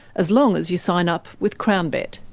as long as you sign up with crownbet.